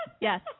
Yes